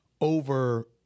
over